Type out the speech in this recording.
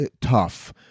tough